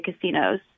casinos